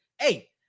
hey